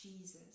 Jesus